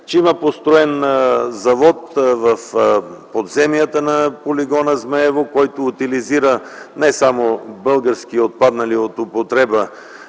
че има построен завод в подземията на полигона „Змейово”, който утилизира не само български отпаднали от употреба